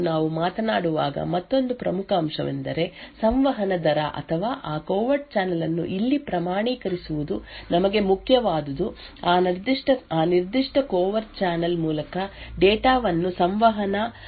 covert channel ಗಳ ಕುರಿತು ನಾವು ಮಾತನಾಡುವಾಗ ಮತ್ತೊಂದು ಪ್ರಮುಖ ಅಂಶವೆಂದರೆ ಸಂವಹನ ದರ ಅಥವಾ ಆ ಕೋವೆರ್ಟ್ ಚಾನಲ್ ಅನ್ನು ಇಲ್ಲಿ ಪ್ರಮಾಣೀಕರಿಸುವುದು ನಮಗೆ ಮುಖ್ಯವಾದುದು ಆ ನಿರ್ದಿಷ್ಟ ಕೋವೆರ್ಟ್ ಚಾನಲ್ ಮೂಲಕ ಡೇಟಾ ವನ್ನು ಸಂವಹನ ಮಾಡುವ ದರವನ್ನು ಅಳೆಯುವುದು